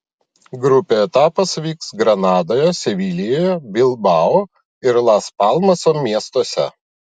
grupių etapas vyks granadoje sevilijoje bilbao ir las palmaso miestuose